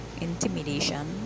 intimidation